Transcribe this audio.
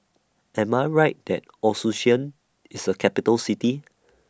Am I Right that Asuncion IS A Capital City